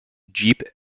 jeep